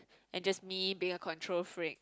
and just me being a control freak